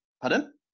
pardon